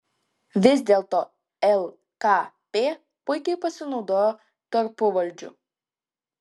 vis dėlto lkp puikiai pasinaudojo tarpuvaldžiu